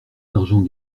d’argent